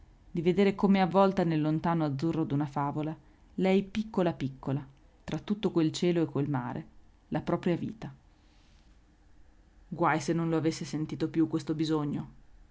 di vedere come avvolta nel lontano azzurro d'una favola lei piccola piccola tra tutto quel cielo e quel mare la propria vita guai se non lo avesse sentito più questo bisogno